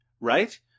right